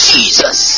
Jesus